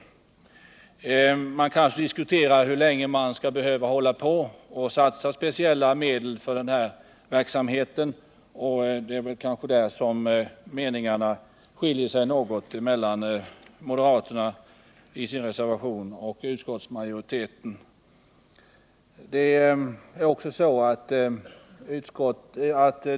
Man kan naturligtvis diskutera hur länge man skall behöva satsa speciella medel för denna verksamhet, och det är kanske där som meningarna skiljer sig något mellan moderaterna, som har reserverat sig, och utskottsmajoriteten.